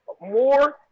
more